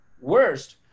Worst